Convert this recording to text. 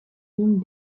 ligne